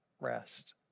rest